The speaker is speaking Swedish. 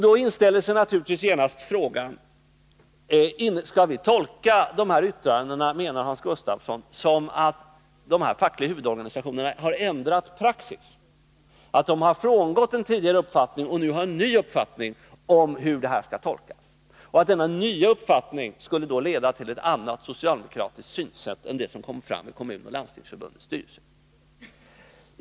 Då ställer man sig naturligtvis genast frågan: Menar Hans Gustafsson att vi skall tolka de här yttrandena så, att dessa fackliga huvudorganisationer har ändrat praxis, att de har frångått sin tidigare uppfattning och nu har en ny uppfattning om saken, och skulle då denna nya uppfattning leda till ett annat socialdemokratiskt synsätt än det som kom fram i Kommunförbundets och Landstingsförbundets styrelser?